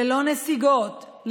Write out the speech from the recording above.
ללא נסיגות,